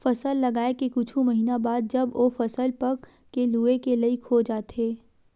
फसल लगाए के कुछ महिना बाद जब ओ फसल पक के लूए के लइक हो जाथे